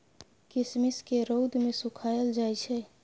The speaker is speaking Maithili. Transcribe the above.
किशमिश केँ रौद मे सुखाएल जाई छै